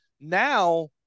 Now